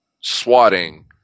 swatting